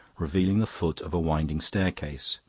revealing the foot of a winding staircase.